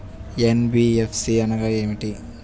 NBFC అనగా ఏమిటీ?